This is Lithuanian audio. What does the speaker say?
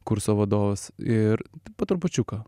kurso vadovas ir po trupučiuką